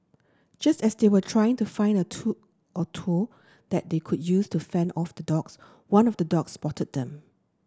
just as they were trying to find a two or tool that they could use to fend off the dogs one of the dogs spotted them